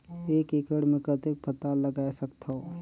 एक एकड़ मे कतेक पताल उगाय सकथव?